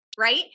Right